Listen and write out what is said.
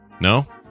No